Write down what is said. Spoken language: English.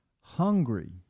hungry